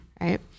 Right